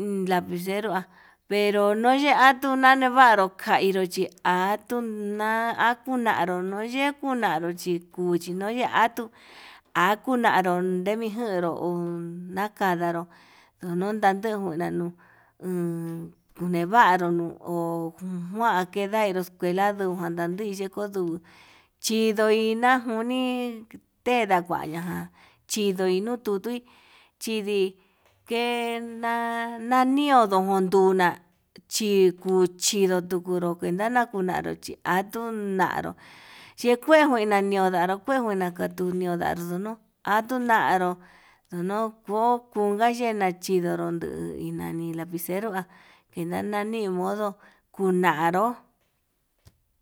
uun lapicero ha nuu cheatuu nanio vabrpo kainro chi'a atuuna akunaruu noix, yekunaro yikuchi nuyia atuu akunaru ndenijanru uun nakanaró ndono nantujun nanuu an unevaru o'on njuan kendai, enduu escueka ladii yeko'o nduu chinduu ina'a njuni tenda kuaña ján chindui nuu tutui chidii kena'a nanio nondutu kuna chinduu kuchikuru, tendana una'a chí atuu nanró chikue njuina ñonaró chikue njuina katiu ndunaru ñono'o atuuanru ndono koyunai, yenanchindoro nduu inani lapicero ha kina ninani nimodo kunaró.